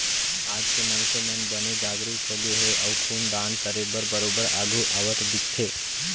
आज के मनसे मन बने जागरूक होगे हे अउ खून दान करे बर बरोबर आघू आवत दिखथे